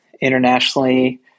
internationally